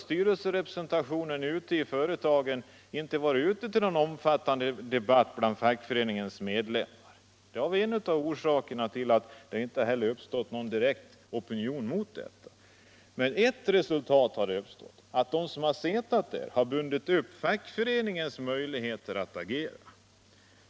Styrelserepresentationen har inte varit ute på någon omfattande debatt bland fackföreningens medlemmar — det är en av orsakerna till att det inte heller uppstått någon opinion direkt emot den. Men eu resultat har den fått: de som har suttit i styrelserna har bundit upp fackföreningens möjligheter att agera.